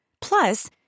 Plus